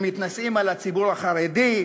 שמתנשאים על הציבור החרדי,